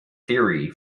theory